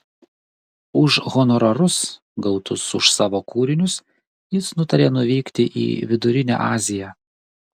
už honorarus gautus už savo kūrinius jis nutarė nuvykti į vidurinę aziją